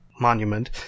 monument